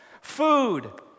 food